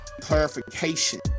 clarification